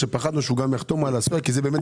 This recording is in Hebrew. אותו דבר גם במנת